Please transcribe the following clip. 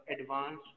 advanced